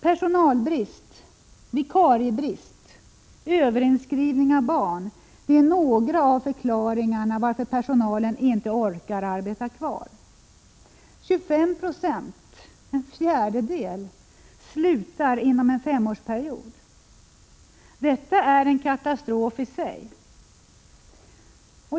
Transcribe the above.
Personalbrist, vikariebrist och överinskrivning av barn är några av förklaringarna till att personalen inte orkar arbeta kvar. 25 9 — en fjärdedel — slutar inom en femårsperiod. Detta är en katastrof i sig.